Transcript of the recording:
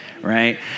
right